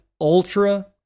ultra